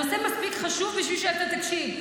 הנושא חשוב מספיק בשביל שאתה תקשיב.